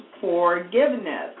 forgiveness